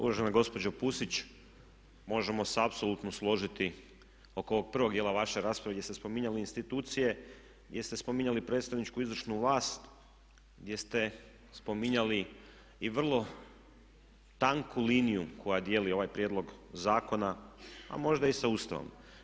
Uvažena gospođo Pusić možemo se apsolutno složiti oko ovog prvog dijela vaše rasprave gdje ste spominjali institucije, gdje ste spominjali predstavničku i izvršnu vlast, gdje ste spominjali i vrlo tanku liniju koja dijeli ovaj prijedlog zakona a možda i sa Ustavom.